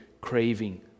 craving